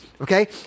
okay